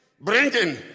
bringing